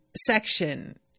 section